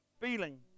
feeling